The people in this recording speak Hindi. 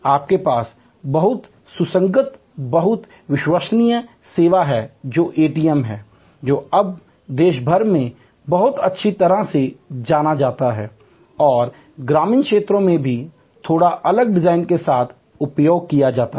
आपके पास बहुत सुसंगत बहुत विश्वसनीय सेवा है जो एटीएम है जो अब देश भर में बहुत अच्छी तरह से जाना जाता है और ग्रामीण क्षेत्रों में भी थोड़ा अलग डिजाइन के साथ उपयोग किया जाता है